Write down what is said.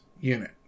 unit